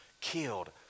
killed